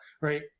right